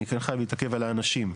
אני כן חייב להתעכב על האנשים.